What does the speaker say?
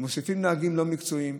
ומוסיפים נהגים לא מקצועיים,